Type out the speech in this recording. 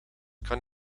kan